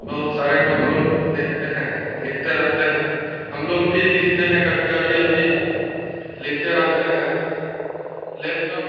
बहुत सारे को हम लोग देखते हैं लिखते रहते हैं हम लोग भी लिखते हैं कभी कभी अभी लिखते रहते हैं लैपटॉप